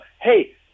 hey